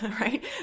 right